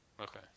Okay